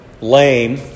lame